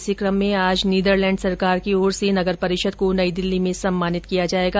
इस क्रम में आज नीदरलैण्ड सरकार की ओर से नगरपरिषद को नई दिल्ली में सम्मानित किया जाएगा